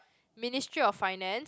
Ministry of Finance